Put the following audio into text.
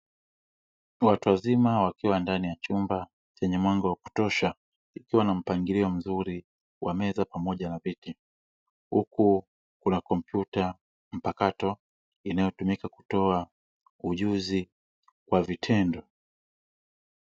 Watu wazima wakiwa ndani ya chumba chenye mwanga wa kutosha kikiwa na mpangilio mzuri wa meza pamoja na viti huku kuna kompyuta mpakato inayotumika kutoa ujuzi wa vitendo.